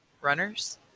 Runners